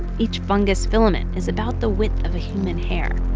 each fungus filament is about the width of a human hair.